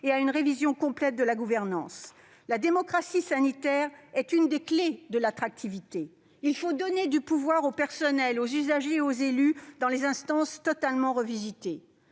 et à une révision complète de la gouvernance. La démocratie sanitaire est l'une des clefs de l'attractivité. Il faut donner du pouvoir au personnel, aux usagers et aux élus, dans des instances totalement revisitées.